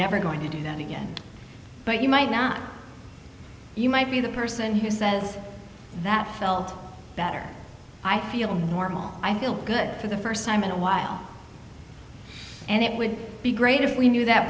never going to do that again but you might not you might be the person who says that felt better i feel normal i feel good for the first time in a while and it would be great if we knew that